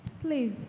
Please